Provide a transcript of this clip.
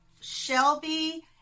Shelby